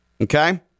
Okay